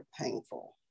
painful